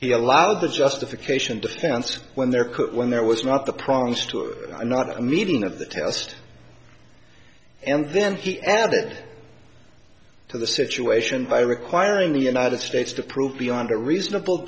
he allowed the justification defense when there could when there was not the problems to i'm not a meeting of the test and then he added to the situation by requiring the united states to prove beyond a reasonable